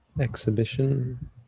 exhibition